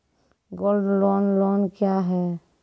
Gold loan loan क्या हैं?